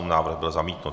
Návrh byl zamítnut.